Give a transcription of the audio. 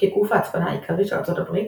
כגוף ההצפנה העיקרי של ארצות הברית,